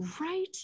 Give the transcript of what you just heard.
Right